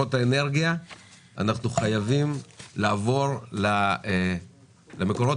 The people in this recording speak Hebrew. למקורות אנרגיה אנחנו חייבים לעבור למקורות